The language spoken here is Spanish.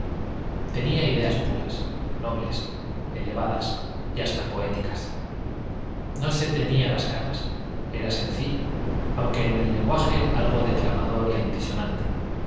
tenía ideas puras nobles elevadas y hasta poéticas no se teñía las canas era sencillo aunque en el lenguaje algo declamador y altisonante